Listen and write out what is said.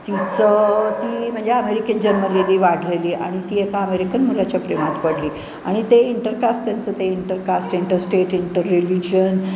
तिचं ती म्हणजे अमेरिकेत जन्मलेली वाढलेली आणि ती एका अमेरिकन मुलाच्या प्रेमात पडली आणि ते इंटरकास्ट त्यांचं ते intercaste inter state inter religion